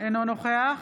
אינו נוכח